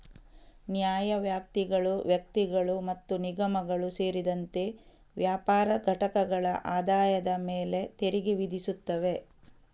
ನ್ಯಾಯವ್ಯಾಪ್ತಿಗಳು ವ್ಯಕ್ತಿಗಳು ಮತ್ತು ನಿಗಮಗಳು ಸೇರಿದಂತೆ ವ್ಯಾಪಾರ ಘಟಕಗಳ ಆದಾಯದ ಮೇಲೆ ತೆರಿಗೆ ವಿಧಿಸುತ್ತವೆ